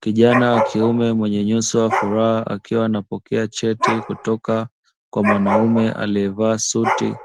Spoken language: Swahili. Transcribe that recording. Kijana wa kiume mwenye nyuso ya furaha akiwa anapokea cheti kutoka kwa mwanamume aliyevaa suti,